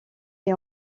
est